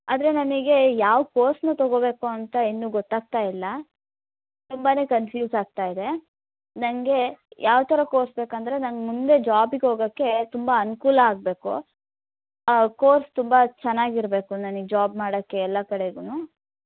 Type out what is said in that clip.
ಆದರೆ ನನಗೆ ಯಾವ ಕೋರ್ಸನ್ನು ತಗೋಬೇಕು ಅಂತ ಇನ್ನೂ ಗೊತ್ತಾಗ್ತಾ ಇಲ್ಲ ತುಂಬಾನೇ ಕನ್ಫ್ಯೂಸ್ ಆಗ್ತಾ ಇದೆ ನನಗೆ ಯಾವ ಥರ ಕೋರ್ಸ್ ಬೇಕೆಂದರೆ ನನಗೆ ಮುಂದೆ ಜಾಬಿಗೆ ಹೋಗೋಕ್ಕೆ ತುಂಬ ಅನುಕೂಲ ಆಗಬೇಕು ಆ ಕೋರ್ಸ್ ತುಂಬ ಚೆನ್ನಾಗಿರಬೇಕು ನನಗೆ ಜಾಬ್ ಮಾಡೋಕ್ಕೆ ಎಲ್ಲ ಕಡೆಗುನು